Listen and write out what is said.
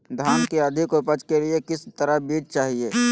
धान की अधिक उपज के लिए किस तरह बीज चाहिए?